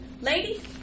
lady